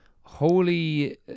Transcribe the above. holy